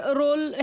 role